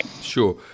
Sure